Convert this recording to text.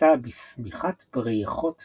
ומתכסה בשמיכת ברכות מגומי.